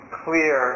clear